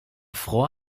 fror